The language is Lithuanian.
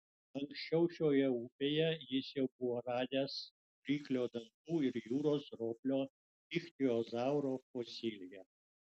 anksčiau šioje upėje jis jau buvo radęs ryklio dantų ir jūros roplio ichtiozauro fosiliją